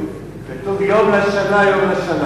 כתוב: "יום לשנה יום לשנה".